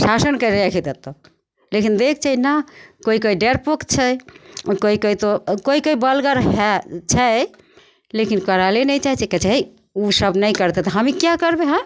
शासन करैके राखि देतऽ तब तक लेकिन दैके छै नहि कोइ कहै डरपोक छै कोइ कहतऽ कोइ कहै बलगर हइ छै लेकिन करै ले नहि चाहै छै कहै छै हइ ओसभ नहि करतै तऽ हमहीँ किएक करबै हँ